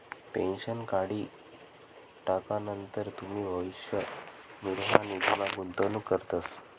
pension काढी टाकानंतर तुमी भविष्य निर्वाह निधीमा गुंतवणूक करतस